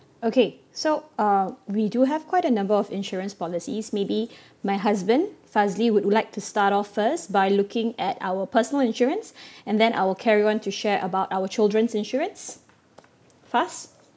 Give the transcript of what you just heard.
okay so uh we do have quite a number of insurance policies maybe my husband Fazli would like to start off first by looking at our personal insurance and then I will carry on to share about our children's insurance Faz